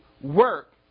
work